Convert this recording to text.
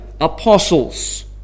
apostles